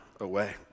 away